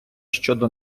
щодо